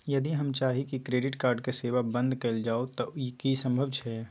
यदि हम चाही की क्रेडिट कार्ड के सेवा बंद कैल जाऊ त की इ संभव छै?